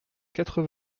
quatre